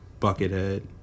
Buckethead